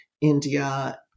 India